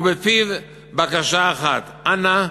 ובפיו בקשה אחת: אנא,